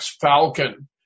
Falcon